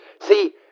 see